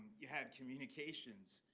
you had communications,